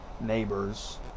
neighbors